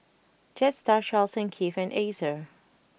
Jetstar Charles Keith and Acer